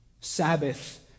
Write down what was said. Sabbath